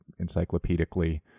encyclopedically